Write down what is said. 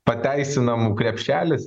pateisinimų krepšelis